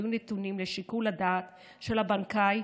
שהיו נתונים לשיקול הדעת של הבנקאי,